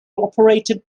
operated